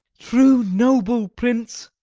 true, noble prince.